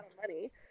money